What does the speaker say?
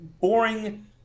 boring